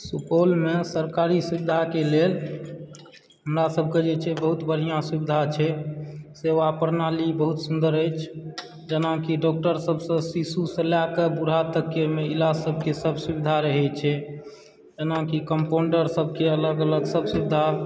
सुपौलमे सरकारी सुविधाके लेल हमरा सभकेँ जे छै बहुत बढ़िआँ सुविधा छै सेवा प्रणाली बहुत सुन्दर अछि जेनाकि डाक्टरसभसँ शिशुसँ लएकऽ बुढ़ा तकके एहिमे इलाज सभके सभ सुविधा रहैत छै जेनाकि कम्पाउण्डरसभकेँ अलग अलग सभ सुविधा